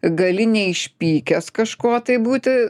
gali neišpykęs kažkuo tai būti